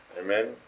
Amen